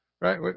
Right